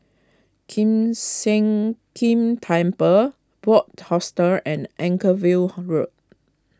Kiew Sian King Temple Bunc Hostel and Anchorvale Road